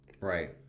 Right